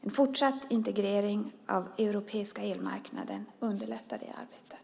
En fortsatt integrering av den europeiska elmarknaden underlättar det arbetet.